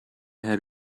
have